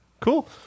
cool